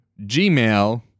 Gmail